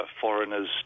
foreigners